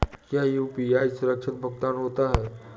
क्या यू.पी.आई सुरक्षित भुगतान होता है?